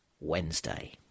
Wednesday